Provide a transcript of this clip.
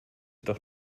doch